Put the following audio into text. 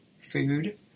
food